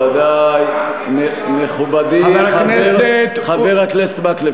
חבר הכנסת מקלב,